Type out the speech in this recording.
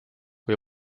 kui